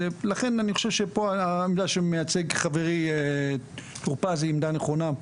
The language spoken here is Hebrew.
ולכן אני חושב שפה העמדה שמייצג חברי טור-פז היא עמדה נכונה,